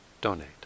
donate